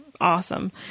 awesome